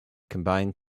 combined